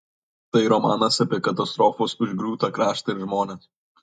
tai romanas apie katastrofos užgriūtą kraštą ir žmones